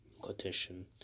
quotation